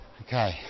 Okay